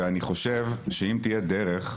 ואני חושב שאם תהיה דרך,